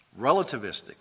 Relativistic